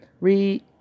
read